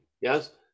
Yes